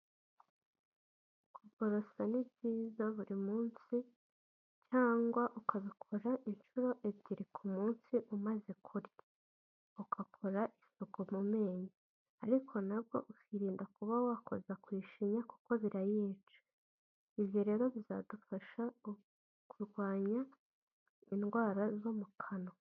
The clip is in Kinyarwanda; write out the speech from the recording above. Kuborosa ni byiza buri munsi cyangwa ukabikora inshuro ebyiri ku munsi umaze kurya, ugakora isuku mu menyo ariko na bwo ukirinda kuba wakoza ku ishinya kuko birayica, ibyo rero bizadufasha kurwanya indwara zo mu kanwa.